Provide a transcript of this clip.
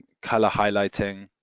colour highlighting